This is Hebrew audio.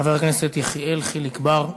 חבר הכנסת יחיאל חיליק בר.